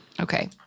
Okay